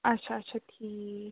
آچھا آچھا ٹھیٖک